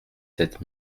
sept